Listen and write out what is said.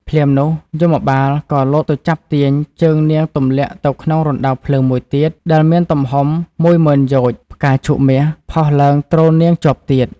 ភ្លាមនោះ យមបាលក៏លោតទៅចាប់ទាញ ជើងនាងទម្លាក់ទៅក្នុងរណ្តៅភ្លើងមួយទៀតដែលមានទំហំមួយម៉ឺនយោជន៍ ផ្កាឈូកមាស ផុសឡើងទ្រនាងជាប់ទៀត ។